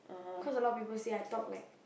cause I a lot of people say I talk like